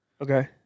Okay